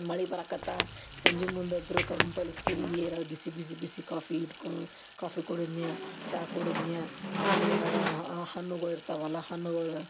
ಮಳೆ ಬರಕತ್ತ ಸಂಜೆ ಮುಂದೆ ಅಂತು ಕಂಪಲ್ಸರಿ ಏನಾರೂ ಬಿಸಿ ಬಿಸಿ ಬಿಸಿ ಕಾಫಿ ಇಟ್ಕೋ ಕಾಫಿ ಕುಡಿದ್ನ್ಯಾ ಚಾ ಕುಡದ್ನ್ಯಾ ಆಮೇಲೆ ಏನಾರೂ ಆ ಹಣ್ಣುಗಳ್ ಇರ್ತವಲ್ಲ ಆ ಹಣ್ಣುಗಳು